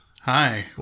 Hi